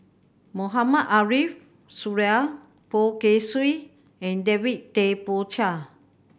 Mohamed Ariff Suradi Poh Kay Swee and David Tay Poey Cher